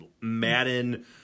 Madden